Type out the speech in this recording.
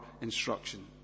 instruction